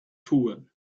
toren